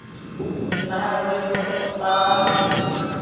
ᱞᱟᱦᱟ ᱜᱩᱨᱤᱡ ᱛᱮᱠᱚ ᱯᱚᱛᱟᱣᱟ